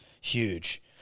Huge